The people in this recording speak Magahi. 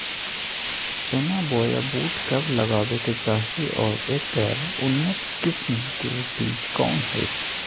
चना बोया बुट कब लगावे के चाही और ऐकर उन्नत किस्म के बिज कौन है?